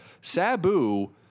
Sabu